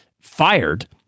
fired